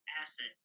asset